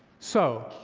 so,